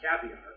Caviar